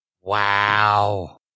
Wow